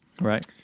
right